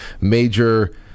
major